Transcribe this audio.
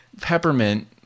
peppermint